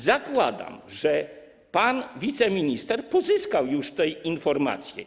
Zakładam, że pan wiceminister pozyskał już te informacje.